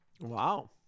Wow